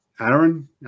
Aaron